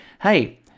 hey